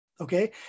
okay